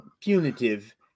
punitive